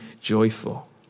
joyful